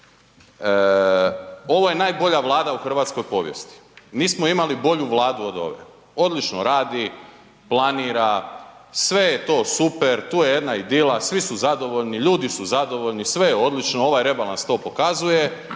ovo je najbolja Vlada u hrvatskoj povijesti, nismo imali bolju Vladu od ove, odlično radi, planira, sve je to super, tu je jedna idila, svi su zadovoljni, ljudi su zadovoljni, sve je odlično ovaj rebalans to pokazuje.